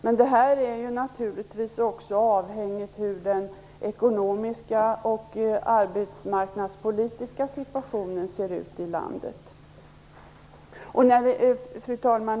Men det här är naturligtvis också avhängigt av hur den ekonomiska och arbetsmarknadspolitiska situationen i landet ser ut. Fru talman!